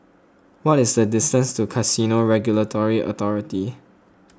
what is the distance to Casino Regulatory Authority